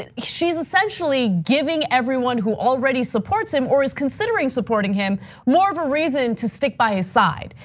and she's essentially giving everyone who already supports him or is considering supporting him more of a reason to stick by his side.